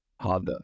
harder